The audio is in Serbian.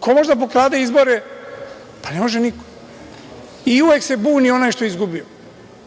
Ko može da pokrade izbore? Pa, ne može niko. I, uvek se buni onaj što izgubio.